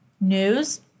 news